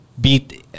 beat